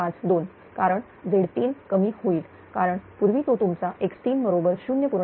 0752 कारण Z3 कमी होईल कारण पूर्वी तो तुमचा x3 बरोबर 0